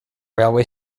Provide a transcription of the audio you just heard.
railway